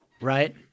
right